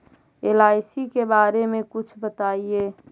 LIC के बारे मे कुछ बताई?